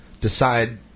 decide